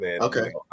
Okay